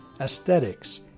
aesthetics